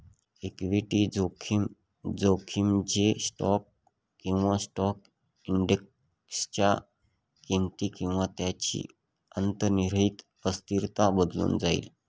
equity जोखीम, जोखीम जे स्टॉक किंवा स्टॉक इंडेक्सच्या किमती किंवा त्यांची अंतर्निहित अस्थिरता बदलून जाईल